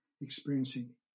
experiencing